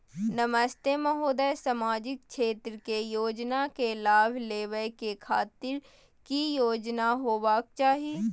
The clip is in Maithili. नमस्ते महोदय, सामाजिक क्षेत्र के योजना के लाभ लेबै के खातिर की योग्यता होबाक चाही?